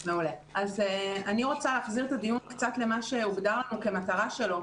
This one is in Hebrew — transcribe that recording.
אני רוצה להחזיר את הדיון קצת למה שהוגדר לנו כמטרה שלו,